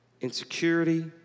insecurity